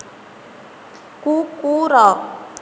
କୁକୁର